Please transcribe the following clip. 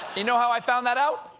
you know how i found that out?